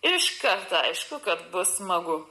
iškart aišku kad bus smagu